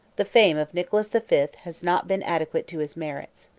the fame of nicholas the fifth has not been adequate to his merits.